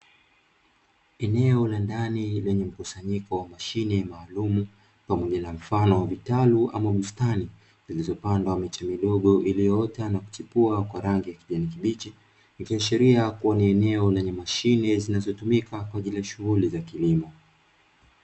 Eneo la ndani lenye mkusanyiko wa mashine maalumu, pamoja na mfano wa vitalu ama bustani zilizopandwa miche midogo iliyoota na kuchipua kwa rangi ya kijani kibichi. Ikiashiria kuwa ni eneo lenye mashine zinazotumika kwa ajili ya shughuli za kilimo.